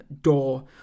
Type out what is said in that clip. door